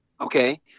Okay